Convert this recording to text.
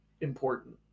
important